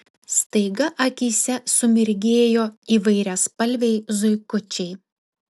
staiga akyse sumirgėjo įvairiaspalviai zuikučiai